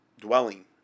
dwelling